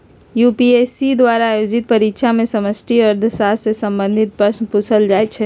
UPSC द्वारा आयोजित परीक्षा में समष्टि अर्थशास्त्र से संबंधित प्रश्न पूछल जाइ छै